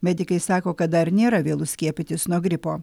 medikai sako kad dar nėra vėlu skiepytis nuo gripo